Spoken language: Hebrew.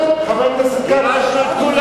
חבר הכנסת כץ,